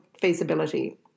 feasibility